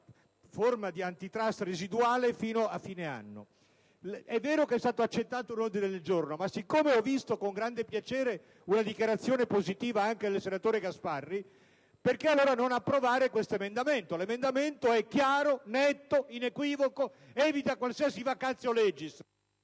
forma di *antitrust* residuale fino a fine anno. È vero che è stato accolto un ordine del giorno, ma siccome ho visto con grande piacere una dichiarazione positiva anche del senatore Gasparri, mi chiedo allora perché non approvare questo emendamento, che è chiaro, netto, inequivoco ed evita qualsiasi *vacatio legis*.